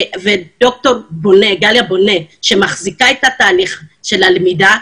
דוקטור גליה בונה שמחזיקה את התהליך של הלמידה,